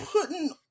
putting